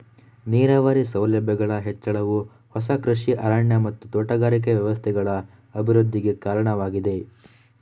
ನೀರಾವರಿ ಸೌಲಭ್ಯಗಳ ಹೆಚ್ಚಳವು ಹೊಸ ಕೃಷಿ ಅರಣ್ಯ ಮತ್ತು ತೋಟಗಾರಿಕೆ ವ್ಯವಸ್ಥೆಗಳ ಅಭಿವೃದ್ಧಿಗೆ ಕಾರಣವಾಗಿದೆ